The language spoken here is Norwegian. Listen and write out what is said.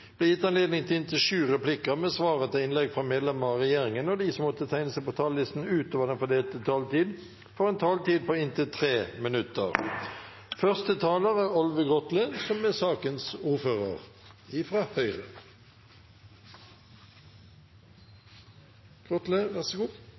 gitt anledning til inntil syv replikker med svar etter innlegg fra medlemmer av regjeringen, og de som måtte tegne seg på talerlisten utover den fordelte taletid, får en taletid på inntil 3 minutter. Takk til hele komiteen for godt og raskt samarbeid om denne saken. Forslaget vi i